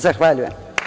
Zahvaljujem.